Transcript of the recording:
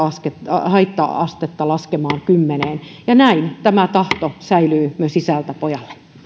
haitta astetta laskemaan kymmeneen ja näin tämä tahto säilyy myös isältä pojalle